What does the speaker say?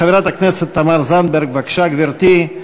חברת הכנסת תמר זנדברג, בבקשה, גברתי.